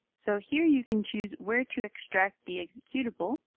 so here you can choose where to extract the executable.